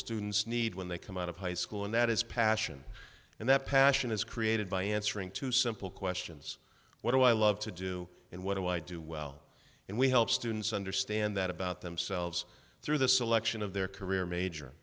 students need when they come out of high school and that is passion and that passion is created by answering two simple questions what do i love to do and what do i do well and we help students understand that about themselves through the selection of their career major